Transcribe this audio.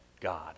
God